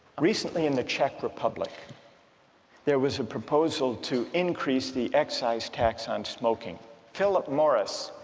recently in the czech republic there was a proposal to increases the excise tax on smoking philip morris,